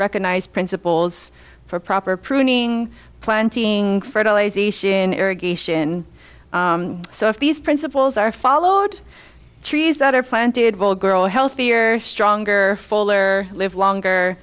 recognised principles for proper pruning planting fertilization irrigation so if these principles are followed trees that are planted will girl healthier stronger fuller live longer